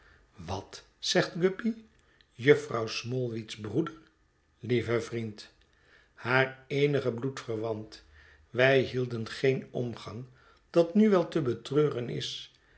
wat zegt guppy jufvrouw smallweed's broeder lieve vriend haar eenige bloedverwant wij hielden geen omgang dat nu wel te betreuren is